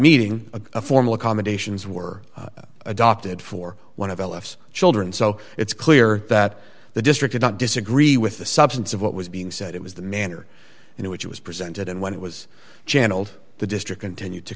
meeting a formal accommodations were adopted for one of l f's children so it's clear that the district is not disagree with the substance of what was being said it was the manner in which it was presented and when it was channelled the district continued to